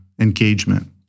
engagement